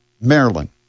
Maryland